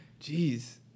Jeez